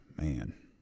Man